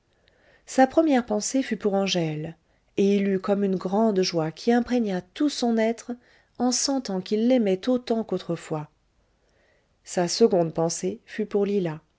sa première pensée fut pour angèle et il eut comme une grande joie qui imprégna tout son être en sentant qu'il l'aimait autant qu'autrefois sa seconde pensée fut pour lila